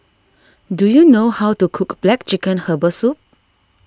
do you know how to cook Black Chicken Herbal Soup